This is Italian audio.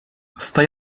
stai